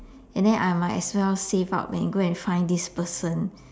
and then I might as well save up and go and find this person